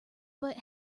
but